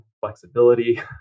flexibility